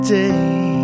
day